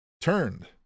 turned